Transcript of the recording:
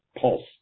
pulse